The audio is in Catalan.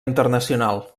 internacional